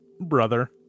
brother